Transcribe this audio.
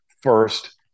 first